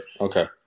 Okay